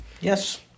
Yes